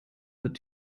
wird